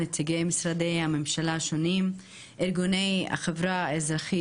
נציגי משרדי הממשלה השונים וארגוני החברה האזרחית